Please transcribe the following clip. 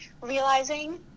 realizing